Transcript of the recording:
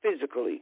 physically